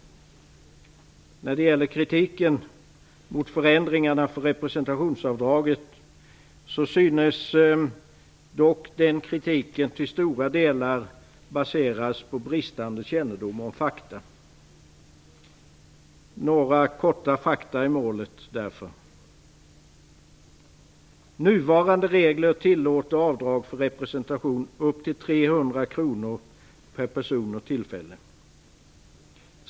Kritiken mot förändringarna i representationsavdraget synes dock till stora delar vara baserad på bristande kännedom om fakta. Jag vill därför ge några korta fakta i målet. Nuvarande regler tillåter avdrag för representation upp till 300 kr per person och tillfälle.